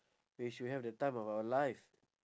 we should have the time of our life